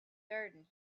garden